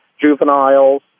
juveniles